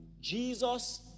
Jesus